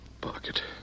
Pocket